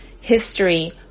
History